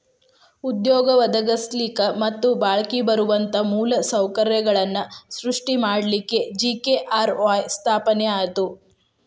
ಉದ್ಯೋಗ ಒದಗಸ್ಲಿಕ್ಕೆ ಮತ್ತ ಬಾಳ್ಕಿ ಬರುವಂತ ಮೂಲ ಸೌಕರ್ಯಗಳನ್ನ ಸೃಷ್ಟಿ ಮಾಡಲಿಕ್ಕೆ ಜಿ.ಕೆ.ಆರ್.ವಾಯ್ ಸ್ಥಾಪನೆ ಆತು